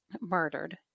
murdered